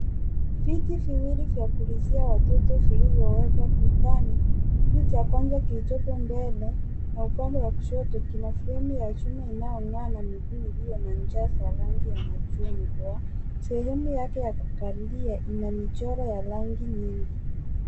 Viwili viwili vya kuulizia watoto vilivyowekwa dukani. Kiti cha kwanza kilichopo mbele na upande wa kushoto kina fremu ya chuma inayongaa na miguu iliyo na njaa za rangi ya machungwa. Sehemu yake ya kukalia ina michoro ya rangi nyingi.